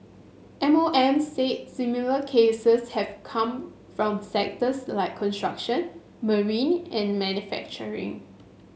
M O M say similar cases have come from sectors like construction marine and manufacturing